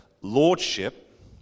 lordship